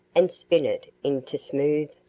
and spin it into smooth,